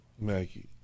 Maggie